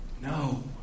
No